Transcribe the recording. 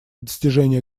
достижения